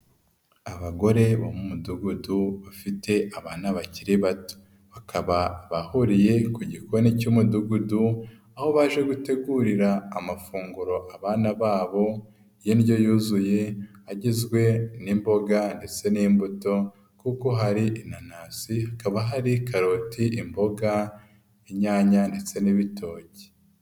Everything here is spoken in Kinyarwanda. Abagore bo mu mudugudu bafite abana bakiri bato, bakaba bahuriye ku gikoni cy'umudugudu, aho baje gutegurira amafunguro abana babo, indyo yuzuye agizwe n'imboga ndetse n'imbuto kuko hari inanasi, hakaba hari: karoti, imboga, inyanya ndetse n'ibitoki.